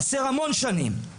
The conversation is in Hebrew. חסר המון שנים.